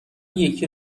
یکی